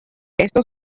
esto